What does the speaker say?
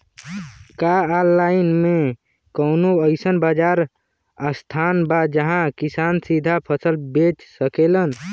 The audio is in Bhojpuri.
का आनलाइन मे कौनो अइसन बाजार स्थान बा जहाँ किसान सीधा फसल बेच सकेलन?